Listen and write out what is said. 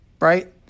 Right